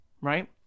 Right